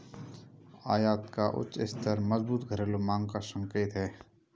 आयात का उच्च स्तर मजबूत घरेलू मांग का संकेत है